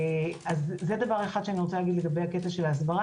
זה דבר אחד לגבי ההסברה.